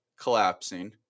collapsing